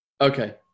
Okay